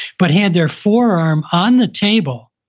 but had their forearm on the table,